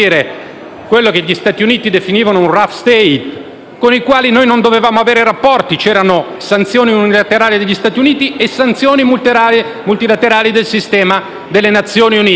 quello che gli Stati Uniti definivano un *rogue State*, con il quale non dovevamo avere rapporti, tanto che c'erano sanzioni unilaterali degli Stati Uniti e sanzioni multilaterali del sistema delle Nazioni Unite.